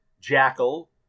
Jackal